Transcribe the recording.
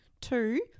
two